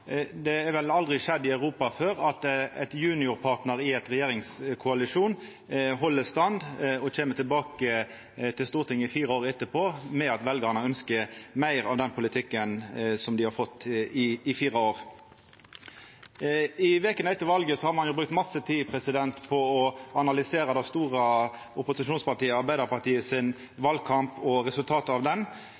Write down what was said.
Det har vel aldri skjedd i Europa før at ein juniorpartnar i ein regjeringskoalisjon held stand og kjem tilbake fire år etterpå ved at veljarane ønskjer meir av den politikken som dei har fått i fire år. I vekene etter valet har ein jo brukt masse tid på å analysera det store opposisjonspartiet, Arbeidarpartiet, sin valkamp og resultatet av